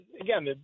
Again